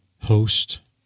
host